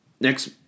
Next